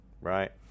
right